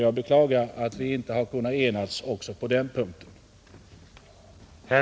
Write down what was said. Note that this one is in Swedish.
Jag beklagar att vi inte har kunnat enas på alla punkter.